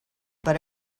but